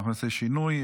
אנחנו נעשה שינוי.